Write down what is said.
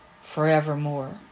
forevermore